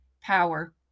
power